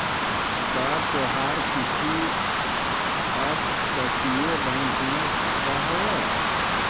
का तोहार किसी अपतटीय बैंक में खाता हाव